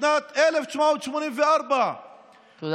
בשנת 1984. תודה רבה.